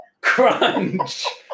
crunch